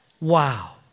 wow